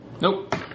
Nope